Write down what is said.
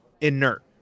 inert